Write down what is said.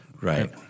Right